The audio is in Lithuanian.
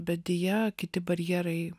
bet deja kiti barjerai